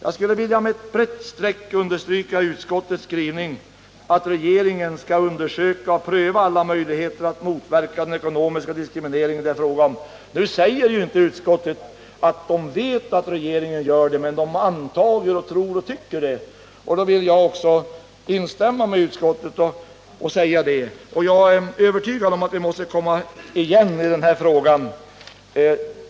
Jag vill med ett brett streck stryka under utskottets skrivning att regeringen skall undersöka och pröva alla möjligheter att motverka den ekonomiska diskriminering som det är fråga om. Utskottet säger att det inte vet om regeringen gör detta, men antar att den gör det och tycker att den bör göra det. Jag vill instämma med utskottet i det avseendet. Jag är övertygad om att vi måste komma igen i den är frågan.